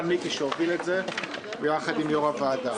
מיקי שהוביל את זה יחד עם יושב-ראש הוועדה.